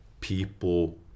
people